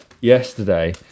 yesterday